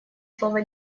слово